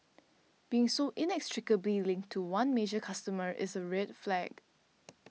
being so inextricably linked to one major customer is a red flag